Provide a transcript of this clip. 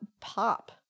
pop